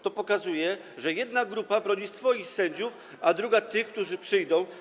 To pokazuje, że jedna grupa broni swoich sędziów, a druga broni tych, którzy przyjdą.